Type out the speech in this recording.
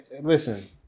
Listen